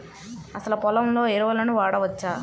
అసలు పొలంలో ఎరువులను వాడవచ్చా?